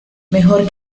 mejor